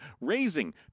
Raising